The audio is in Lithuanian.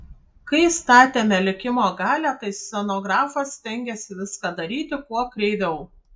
kai statėme likimo galią tai scenografas stengėsi viską daryti kuo kreiviau